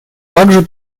также